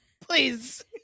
please